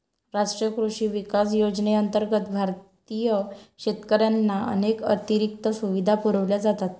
राष्ट्रीय कृषी विकास योजनेअंतर्गत भारतीय शेतकऱ्यांना अनेक अतिरिक्त सुविधा पुरवल्या जातात